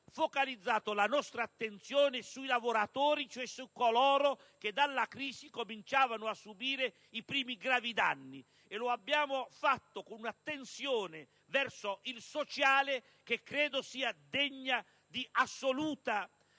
focalizzato la nostra attenzione sui lavoratori, cioè su coloro che dalla crisi cominciavano a subire i primi gravi danni, e lo abbiamo fatto con un'attenzione verso il sociale che credo sia degna di assoluta